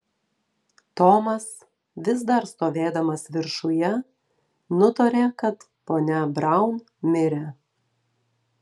tomas vis dar stovėdamas viršuje nutarė kad ponia braun mirė